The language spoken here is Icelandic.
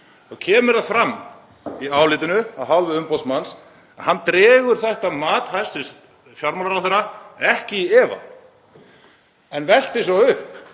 þá kemur það fram í álitinu af hálfu umboðsmanns að hann dregur þetta mat hæstv. fjármálaráðherra ekki í efa en veltir því upp